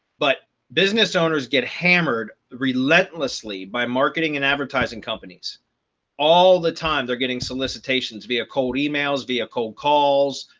but business owners get hammered relentlessly by marketing and advertising companies all the time, they're getting solicitations via cold emails via cold calls,